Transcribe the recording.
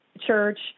Church